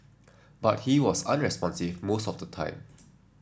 but he was unresponsive most of the time